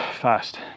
fast